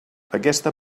aquesta